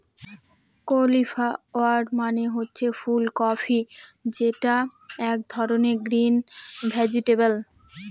cauliflower মানে হচ্ছে ফুল কপি যেটা এক ধরনের গ্রিন ভেজিটেবল